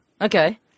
Okay